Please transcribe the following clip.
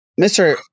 Mr